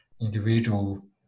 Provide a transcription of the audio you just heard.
individual